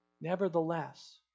Nevertheless